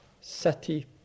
sati